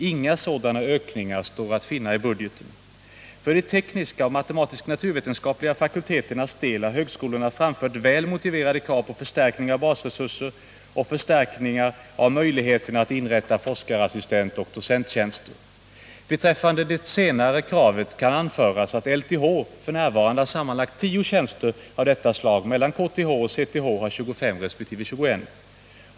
Inga sådana ökningar står att finna i budgeten. För de tekniska och matematisk-naturvetenskapliga fakulteternas del har högskolorna framfört väl motiverade krav på förstärkning av basresurser och förstärkningar av möjligheterna att inrätta forskarassistentoch docenttjänster. Beträffande det senare kravet kan anföras att LTH f. n. har sammanlagt tio tjänster av detta slag, medan KTH och CTH har 25 resp. 21.